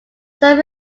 some